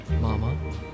mama